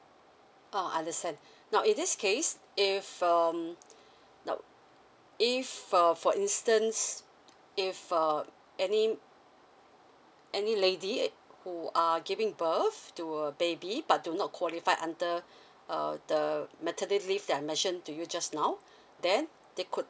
oh understand now in this case if um now if uh for instance if uh any any lady who are giving birth to a baby but do not qualify under uh the maternity leave that I mentioned to you just now then they could